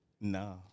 No